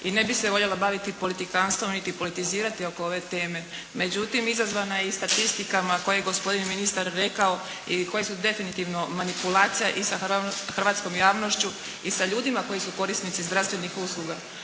i ne bih se voljela baviti politikanstvom niti politizirati oko ove teme. Međutim izazvana i statistikama koje je gospodin ministar rekao i koje su definitivno manipulacija i sa hrvatskom javnošću i sa ljudima koji su korisnici zdravstvenih usluga.